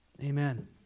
Amen